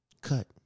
cut